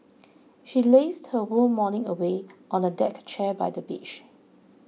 she lazed her whole morning away on a deck chair by the beach